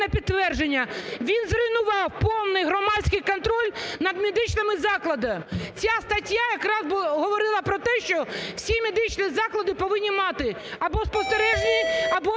підтвердження, він зруйнував повний громадський контроль над медичними закладами. Ця стаття якраз говорила про те, що всі медичні заклади повинні мати або спостережні, або